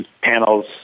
panels